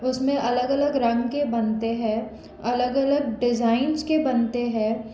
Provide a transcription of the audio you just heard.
उस में अलग अलग रंग के बनते हैं अलग अलग डिज़ाइंस के बनते हैं